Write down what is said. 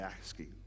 asking